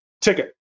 ticket